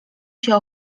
się